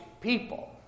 people